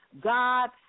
God